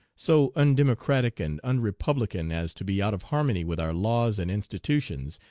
so undemocratic and unrepublican as to be out of harmony with our laws and institutions,